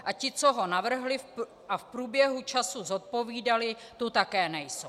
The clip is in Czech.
A ti, co ho navrhli a v průběhu času zodpovídali, tu také nejsou.